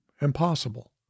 impossible